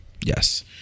yes